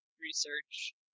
research